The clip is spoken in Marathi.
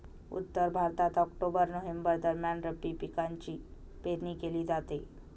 उत्तर भारतात ऑक्टोबर नोव्हेंबर दरम्यान रब्बी पिकांची पेरणी केली जाते